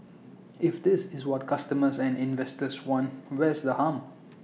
if this is what customers and investors want where's the harm